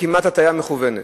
וכמעט הטעיה מכוונת.